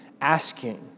asking